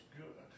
good